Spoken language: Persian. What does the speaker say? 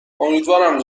امیدوارم